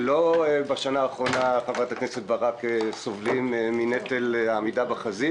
שלא בשנה האחרונה סובלים מנטל העמידה בחזית,